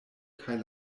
kaj